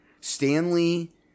Stanley